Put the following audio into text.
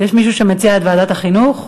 יש מישהו שמציע את ועדת החינוך?